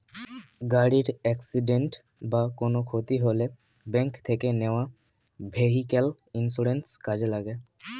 গাড়ির অ্যাকসিডেন্ট বা কোনো ক্ষতি হলে ব্যাংক থেকে নেওয়া ভেহিক্যাল ইন্সুরেন্স কাজে লাগে